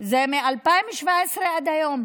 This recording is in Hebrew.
זה מ-2017 עד היום,